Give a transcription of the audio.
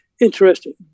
interesting